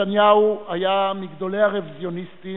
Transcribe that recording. היה מגדולי הרוויזיוניסטים,